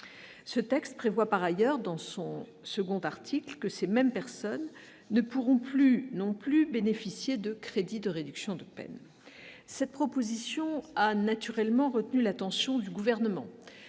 ce texte prévoit par ailleurs dans son second article que ces mêmes personnes ne pourront plus non plus bénéficier de crédits de réduction de peine, cette proposition a naturellement retenu l'attention du gouvernement